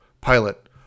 Pilot